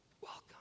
Welcome